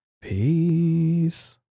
Peace